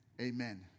amen